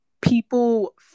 people